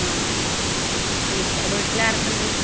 ആ വീട് വീട്ടിൽ ആരൊക്കെ ഉണ്ട്